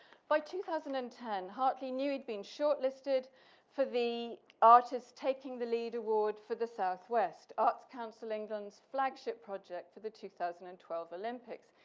by two thousand and ten, hartley knew he'd been shortlisted for the artists taking the lead award for the southwest arts council england flagship project for the two thousand and twelve olympics.